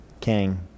king